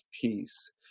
peace